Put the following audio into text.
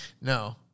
No